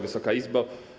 Wysoka Izbo!